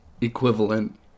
equivalent